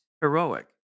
heroic